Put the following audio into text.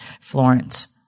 Florence